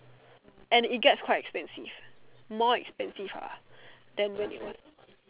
and it gets quite expensive more expensive ah then when it was